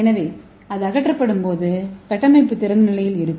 எனவே இது அகற்றப்படும்போது கட்டமைப்பு திறந்த நிலையில் இருக்கும்